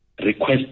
request